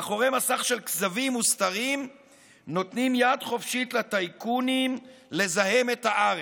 מאחורי מסך של כזבים וסתרים נותנים יד חופשית לטייקונים לזהם את הארץ.